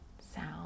sound